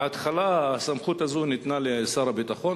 בהתחלה הסמכות הזאת ניתנה לשר הביטחון,